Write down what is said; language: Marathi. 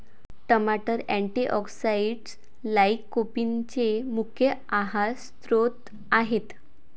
टमाटर अँटीऑक्सिडेंट्स लाइकोपीनचे मुख्य आहार स्त्रोत आहेत